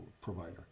provider